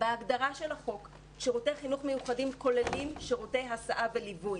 בהגדרה של החוק שירותי חינוך מיוחדים כוללים שירותי הסעה וליווי.